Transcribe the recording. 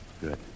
Good